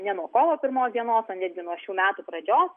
ne nuo kovo pirmos dienos o netgi nuo šių metų pradžios